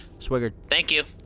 swigert thank you.